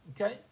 Okay